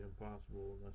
impossible